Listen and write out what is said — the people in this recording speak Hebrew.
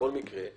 בכל מקרה,